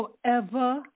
Forever